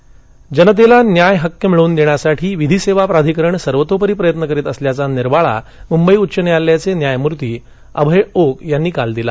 विधी सेवा प्राधिकरण जनतेला न्याय्य हक्क मिळवून देण्यासाठी विधी सेवा प्राधिकरण सर्वतोपरी प्रयत्न करत असल्याचा निर्वाळा मुंबई उच्च न्यायालयाचे न्यायमूर्ती अभय ओक यांनी काल दिला